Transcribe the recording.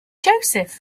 joseph